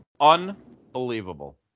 unbelievable